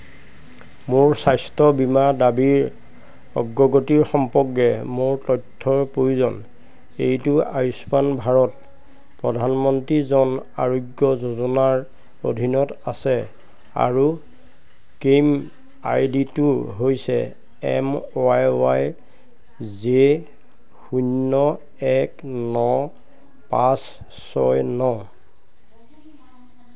মোৰ স্বাস্থ্য বীমা দাবীৰ অগ্ৰগতি সম্পৰ্কে মোৰ তথ্যৰ প্ৰয়োজন এইটো আয়ুষ্মান ভাৰত প্ৰধানমন্ত্ৰী জন আৰোগ্য যোজনাৰ অধীনত আছে আৰু ক্লেইম আই ডিটো হৈছে এম ৱাই ৱাই জে শূন্য এক ন পাঁচ ছয় ন